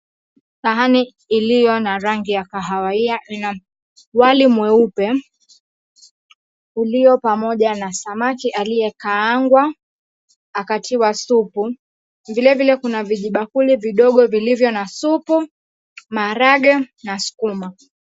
Sahani iliyo na rangi ya kahawia ina wali mweupe ulio pamoja na samaki aliyekaangwa akatiwa supu. Vilevile kuna vibakuli vidogo vilivyo na supu, maharagwe na sukuma.